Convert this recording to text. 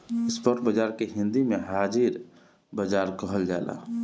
spot बाजार के हिंदी में हाजिर बाजार कहल जाला